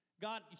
God